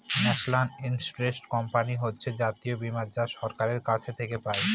national insurance company হচ্ছে জাতীয় বীমা যা সরকারের কাছ থেকে পাই